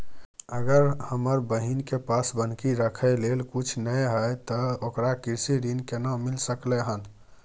अगर हमर बहिन के पास बन्हकी रखय लेल कुछ नय हय त ओकरा कृषि ऋण केना मिल सकलय हन?